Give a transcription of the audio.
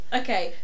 okay